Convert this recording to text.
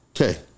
Okay